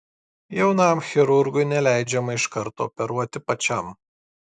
jaunam chirurgui neleidžiama iš karto operuoti pačiam